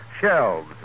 shelves